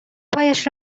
پایش